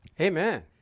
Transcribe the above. amen